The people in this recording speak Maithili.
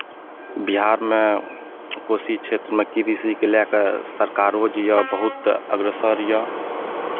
बिहारमे कोसी क्षेत्रमे कृषिकेँ लए कऽ सरकारो जे यए बहुत अग्रसर यए